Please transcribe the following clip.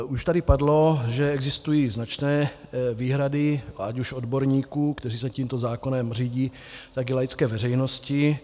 Už tady padlo, že existují značné výhrady ať už odborníků, kteří se tímto zákonem řídí, tak i laické veřejnosti.